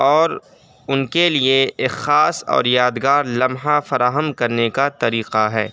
اور ان کے لیے ایک خاص اور یادگار لمحہ فراہم کرنے کا طریقہ ہے